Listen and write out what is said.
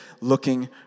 looking